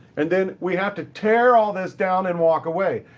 and then we have to tear all this down and walk away.